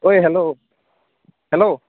ঐ hello hello